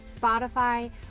Spotify